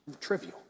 trivial